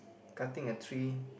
cutting a tree